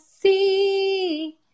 see